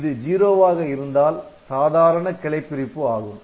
இது '0' வாக இருந்தால் சாதாரண கிளை பிரிப்பு ஆகும்